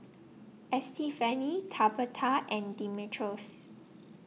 Estefany Tabitha and Dimitrios